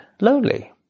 lonely